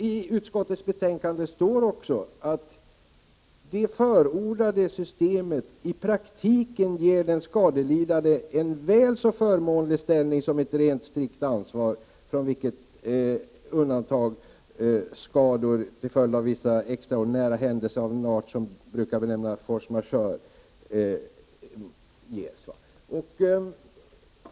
I utskottets betänkande står det också att det förordade systemet ”i praktiken ger den skadelidande en väl så förmånlig ställning som ett rent strikt ansvar, från vilket undantas skador till följd av vissa extraordinära händelser av den art som brukar benämnas force majeure”.